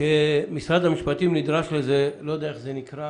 ומשרד המשפטים נדרש לזה לא יודע איך נקרא